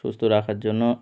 সুস্ত রাখার জন্য